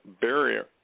barrier